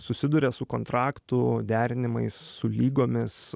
susiduria su kontraktų derinimais su lygomis